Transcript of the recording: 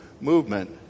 movement